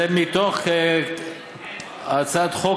זה מתוך הצעת החוק,